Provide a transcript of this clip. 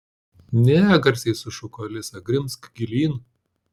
ne garsiai sušuko alisa grimzk gilyn